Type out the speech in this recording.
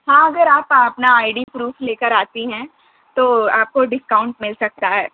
ہاں اگر آپ اپنا آئی ڈی پروف لے کر آتی ہیں تو آپ کو ڈسکاؤنٹ مل سکتا ہے